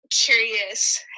curious